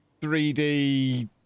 3D